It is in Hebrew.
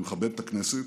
אני מכבד את הכנסת,